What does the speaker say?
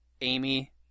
Amy